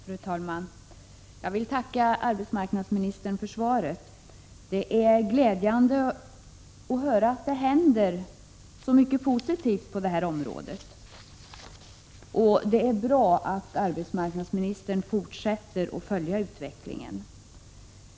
Fru talman! Jag vill tacka arbetsmarknadsministern för svaret. Det är glädjande att höra att det händer så mycket positivt på detta område, och det är bra att arbetsmarknadsministern fortsätter att följa utvecklingen.